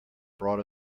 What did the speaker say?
brought